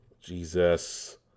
Jesus